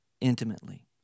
intimately